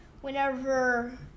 whenever